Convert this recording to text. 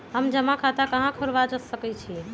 हम जमा खाता कहां खुलवा सकई छी?